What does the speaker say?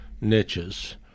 niches